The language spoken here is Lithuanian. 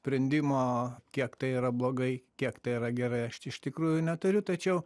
prendimo kiek tai yra blogai kiek tai yra gerai aš iš tikrųjų neturiu tačiau